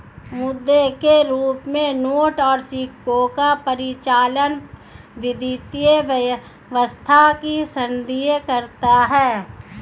मुद्रा के रूप में नोट और सिक्कों का परिचालन वित्तीय व्यवस्था को सुदृढ़ करता है